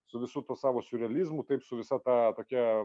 su visu tuo savo siurrealizmu taip su visa ta tokia